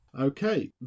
Okay